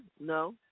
No